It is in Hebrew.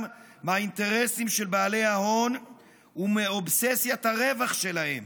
מהאינטרסים של בעלי ההון ומאובססיית הרווח שלהם,